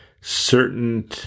certain